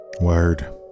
Word